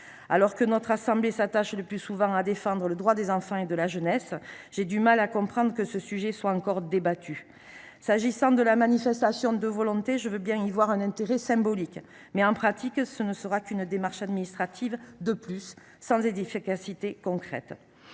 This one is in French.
Alors que notre assemblée s’attache le plus souvent à défendre les droits des enfants et de la jeunesse, j’ai du mal à comprendre que ce sujet soit encore débattu. S’agissant de la manifestation de volonté, je veux bien y voir un intérêt symbolique, mais, en pratique, ce ne sera qu’une démarche administrative de plus sans efficacité concrète.